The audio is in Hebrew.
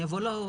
אני אבוא לאור.